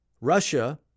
Russia